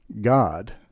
God